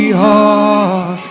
heart